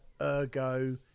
Ergo